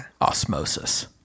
Osmosis